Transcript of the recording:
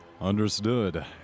Understood